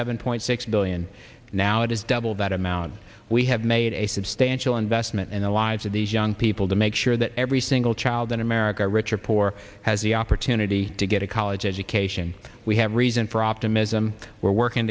seven point six billion now it is double that amount we have made a substantial investment in the lives of these young people to make sure that every single child in america rich or poor has the opportunity to get a college education we have reason for optimism we're working